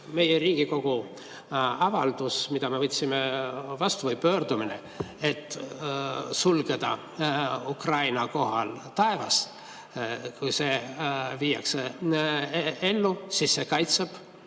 meie Riigikogu avaldus, mille me võtsime vastu, või pöördumine, et sulgeda Ukraina kohal taevas, viiakse ellu, siis see kaitseb